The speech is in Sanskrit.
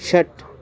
षट्